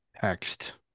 text